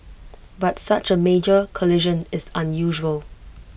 but such A major collision is unusual